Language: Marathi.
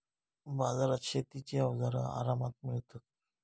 बाजारात शेतीची अवजारा आरामात मिळतत